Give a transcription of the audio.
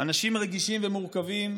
אנשים רגישים ומורכבים,